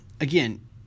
again